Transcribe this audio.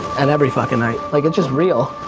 and every fucking night. like it's just real.